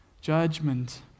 Judgment